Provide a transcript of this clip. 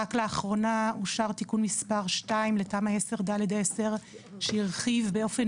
רק לאחרונה אושר תיקון מספר 2 לתמ"א/10/ד/10 שהרחיב באופן